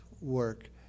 work